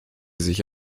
sich